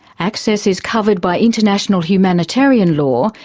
access is covered by international humanitarian law,